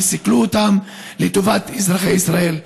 שהם סיכלו אותם לטובת אזרחי ישראל.